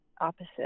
opposite